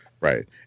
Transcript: Right